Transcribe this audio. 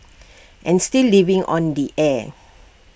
and still living on in the er